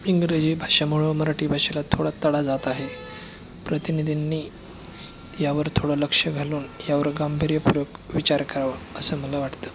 इंग्रजी भाषेमुळे मराठी भाषेला थोडा तडा जात आहे प्रतिनिधींनी यावर थोडं लक्ष घालून यावर गांभीर्यपूर्वक विचार करावा असं मला वाटतं